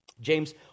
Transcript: James